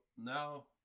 now